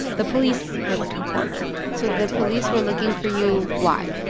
the police were looking for her so the police were looking for you. why?